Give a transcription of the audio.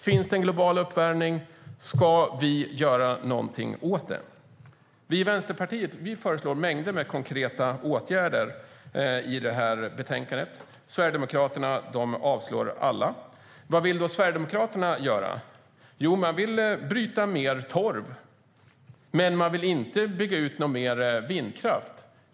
Finns det en global uppvärmning? Ska vi göra någonting åt det? Vi i Vänsterpartiet föreslår mängder med konkreta åtgärder i det här betänkandet. Sverigedemokraterna avslår alla. Vad vill då Sverigedemokraterna göra? Jo, man vill bryta mer torv, men man vill inte bygga ut mer vindkraft.